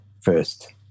first